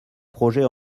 projet